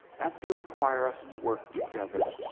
that's going to require us to work together,